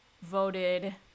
voted